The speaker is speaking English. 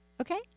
Okay